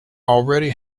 already